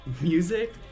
music